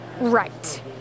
Right